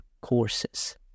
courses